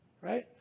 Right